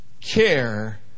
care